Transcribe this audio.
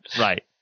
right